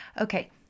Okay